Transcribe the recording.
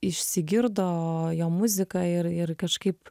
išsigirdo jo muzika ir ir kažkaip